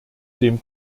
dem